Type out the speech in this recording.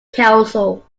council